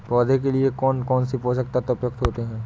पौधे के लिए कौन कौन से पोषक तत्व उपयुक्त होते हैं?